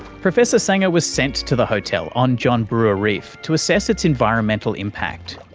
professor saenger was sent to the hotel on john brewer reef to assess its environmental impact.